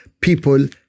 people